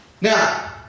Now